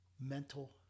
Mental